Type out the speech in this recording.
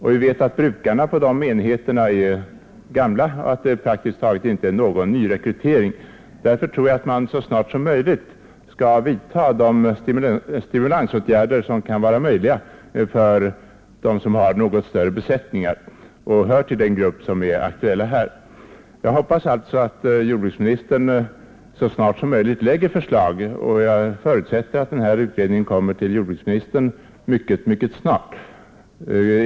Vi vet också att brukarna av dessa enheter i stor utsträckning är gamla och att det praktiskt taget inte förekommer någon nyrekrytering. Därför menar jag att man så snart som möjligt skall vidta de stimulansåtgärder som kan vara möjliga att genomföra till förmån för jordbrukare med något större besättningar inom den nu aktuella gruppen. Jag hoppas alltså att jordbruksministern så snart som möjligt skall lägga fram förslag i denna fråga, och jag förutsätter att denna utredning mycket snart kommer jordbruksministern till handa.